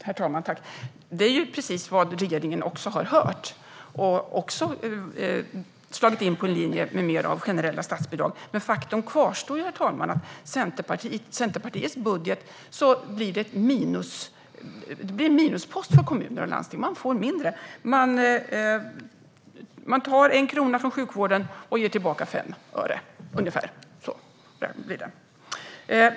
Herr talman! Regeringen har också hört precis detta och har slagit in på en linje med mer av generella statsbidrag. Men faktum kvarstår, herr talman: I Centerpartiets budget blir det en minuspost för kommuner och landsting. De får mindre. Man tar 1 krona från sjukvården och ger tillbaka 5 öre. Ungefär så blir det.